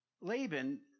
Laban